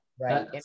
Right